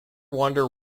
wonder